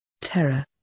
Terror